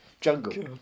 jungle